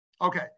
okay